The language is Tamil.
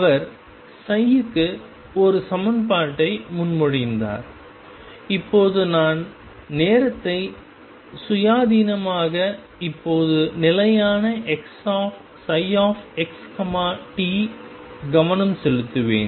அவர் க்கு ஒரு சமன்பாட்டை முன்மொழிந்தார் இப்போது நான் நேரத்தை சுயாதீனமாக இப்போது நிலையான ψxt கவனம் செலுத்துவேன்